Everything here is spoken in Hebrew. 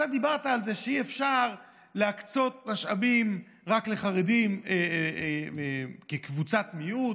אתה דיברת על זה שאי-אפשר להקצות משאבים רק לחרדים כקבוצת מיעוט.